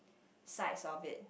sides of it